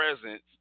presence